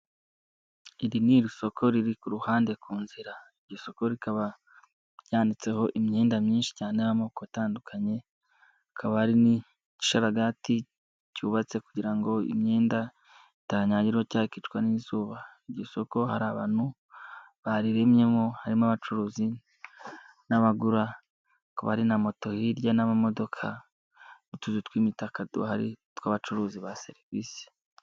Iri ni isoko riri ku ruhande ku nzira. Iri soko rikaba ryanitseho imyenda myinshi cyane y'amoko atandukanye, hakaba hari n'igisharagati cyubatse kugira ngo imyenda itanyagirwa cyangwa ikicwa n'izuba. Iri soko hari abantu bariremyemo, harimo abacuruzi n'abagura, hakaba hari na moto hirya n'amamodoka, n'utuzu tw'imitaka duhari tw'abacuruzi serivisi.